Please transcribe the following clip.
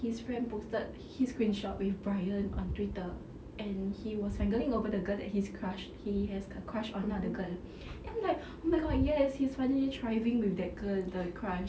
his friend posted his screenshot with bryan on twitter and he was wrangling over the girl that his crush he has a crush on ah the girl and I'm like oh my god yes he's funny thriving with that girl the crush